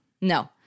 No